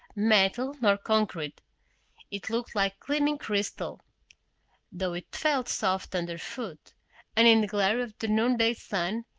metal nor concrete it looked like gleaming crystal though it felt soft underfoot and in the glare of the noonday sun,